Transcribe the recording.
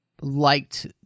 liked